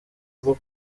rwo